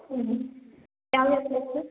ಹ್ಞೂ ಹ್ಞೂ ಯಾವ್ಯಾವ ಪ್ಲೇಸಸ್